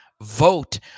vote